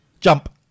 jump